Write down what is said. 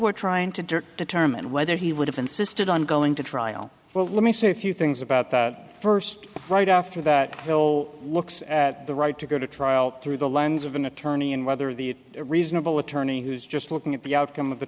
we're trying to determine whether he would have insisted on going to trial well let me say a few things about the first right after that so looks at the right to go to trial through the lens of an attorney and whether the reasonable attorney who's just looking at the outcome of the